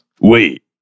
Wait